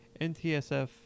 NTSF